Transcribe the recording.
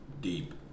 deep